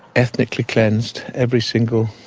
ethnically cleansed every single